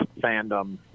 fandom